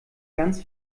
ganz